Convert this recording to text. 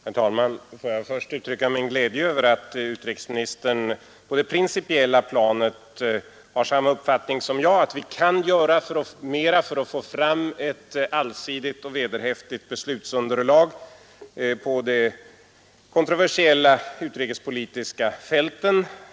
Herr talman! Får jag först uttrycka min glädje över att utrikesministern på det principiella planet har samma uppfattning som jag, att vi kan göra mera för att få fram ett allsidigt och vederhäftigt beslutsunderlag på de kontroversiella utrikespolitiska fälten.